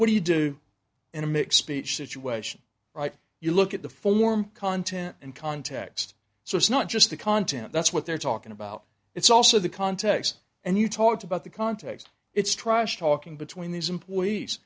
what do you do in a mix peach situation right you look at the form content and context so it's not just the content that's what they're talking about it's also the context and you talked about the context it's trust talking between these employees